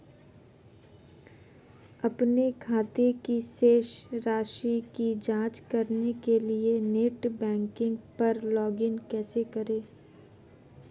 अपने खाते की शेष राशि की जांच करने के लिए नेट बैंकिंग पर लॉगइन कैसे करें?